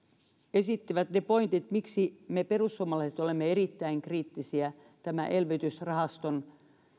esittivät ne pointit miksi me perussuomalaiset olemme erittäin kriittisiä tämän elvytysrahaston